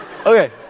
Okay